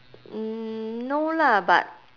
mm no lah but